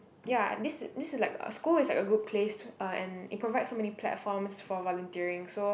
ya this is this is like a school is like a good place to uh and it provides so many platforms for volunteering so